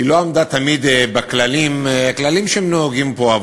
היא לא עמדה תמיד בכללים, כללים שנוהגים פה.